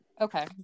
Okay